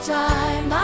time